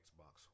Xbox